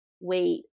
wait